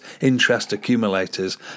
interest-accumulators